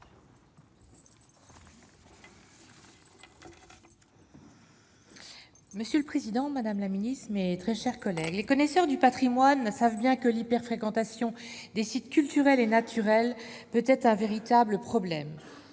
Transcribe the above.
Monsieur le président, madame la secrétaire d'État, mes chers collègues, les connaisseurs du patrimoine savent bien que l'hyper-fréquentation des sites culturels et naturels peut être un véritable problème.